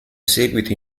seguito